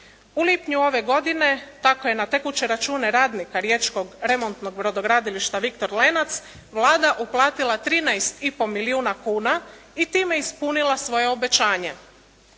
U lipnju ove godine tako je na tekuće račune radnika riječkog remontnog brodogradilišta "Viktor Lenac" Vlada uplatila 13,5 milijuna kuna i time ispunila svoje obećanje.